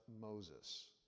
Moses